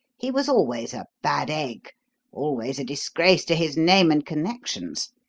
he was always a bad egg always a disgrace to his name and connections.